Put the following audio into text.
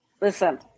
listen